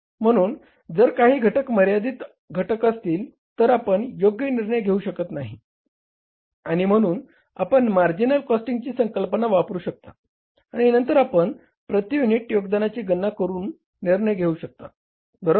म्हणून जर काही घटक मर्यादित घटक असतील तर आपण योग्य निर्णय घेऊ शकत नाही आणि म्हणून आपण मार्जिनल कॉस्टिंगची संकल्पना वापरु शकता आणि नंतर आपण प्रती युनिट योगदानाची गणना करून निर्णय घेऊ शकता बरोबर